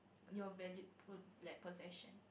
your valued po~ bleh possession